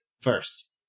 first